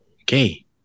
Okay